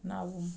ನಾವು